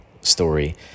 story